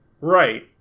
Right